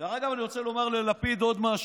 דרך אגב, אני רוצה לומר ללפיד עוד משהו: